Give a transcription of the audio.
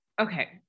Okay